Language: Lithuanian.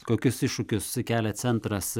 kokius iššūkius kelia centras